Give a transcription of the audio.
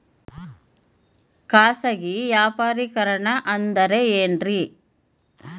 ಖಾಸಗಿ ವ್ಯಾಪಾರಿಕರಣ ಅಂದರೆ ಏನ್ರಿ?